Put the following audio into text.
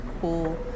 cool